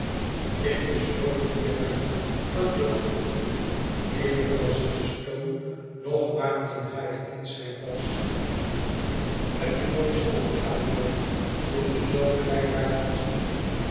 ik besloot hieruit dat jo's opvoeding evenals de stoom nog maar in hare kindsheid was heb je nooit schoolgegaan jo toen je zoo klein waart als ik